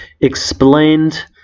Explained